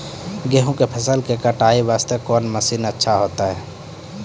गेहूँ के फसल कटाई वास्ते कोंन मसीन अच्छा होइतै?